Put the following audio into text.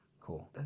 Cool